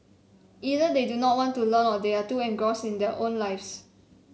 either they do not want to learn or they are too engrossed in their own lives